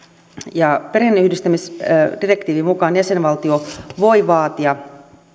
ja perheenyhdistämisdirektiivin mukaan jäsenvaltio voi vaatia